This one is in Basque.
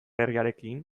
herriarekin